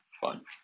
fun